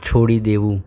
છોડી દેવું